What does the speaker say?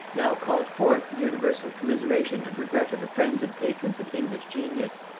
now called forth the universal commiseration and regret of the friends and patrons of english genius.